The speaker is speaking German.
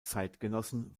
zeitgenossen